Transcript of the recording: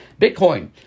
Bitcoin